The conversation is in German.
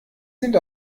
sind